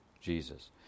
Jesus